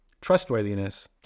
trustworthiness